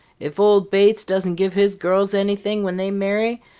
if old bates doesn't give his girls anything when they marry,